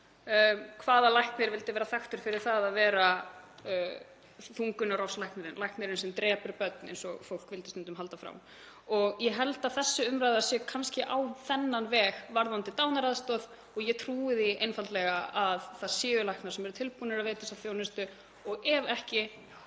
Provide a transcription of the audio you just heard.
Hvaða læknir vildi vera þekktur fyrir að vera þungunarrofslæknirinn, læknirinn sem drepur börn, eins og fólk vildi stundum halda fram? Ég held að þessi umræða sé kannski á þennan veg varðandi dánaraðstoð. Ég trúi því einfaldlega að það séu læknar sem eru tilbúnir að veita þessa þjónustu og ef ekki